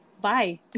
bye